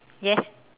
yes